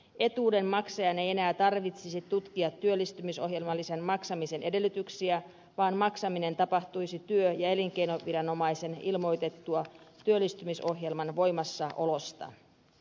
etuuden maksajan ei enää tarvitsisi tutkia työllistymisohjelmalisän maksamisen edellytyksiä vaan maksaminen tapahtuisi työ ja elinkeinoviranomaisen ilmoitettua työllistymisohjelman voimassaolosta